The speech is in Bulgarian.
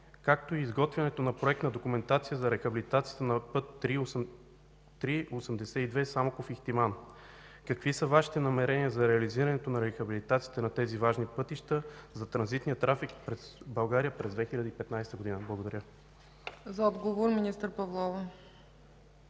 както и изготвянето на проектна документация за рехабилитацията на път ІІІ-82 Самоков – Ихтиман? Какви са Вашите намерения за реализирането на рехабилитацията на тези важни пътища за транзитния трафик през България през 2015 г.? Благодаря. ПРЕДСЕДАТЕЛ ЦЕЦКА